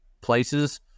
places